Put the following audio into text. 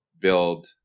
build